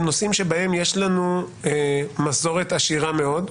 נושאים שבהם יש לנו מסורת עשירה מאוד,